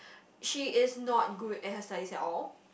she is not good at her studies at all